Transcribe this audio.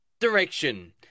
direction